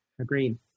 agreed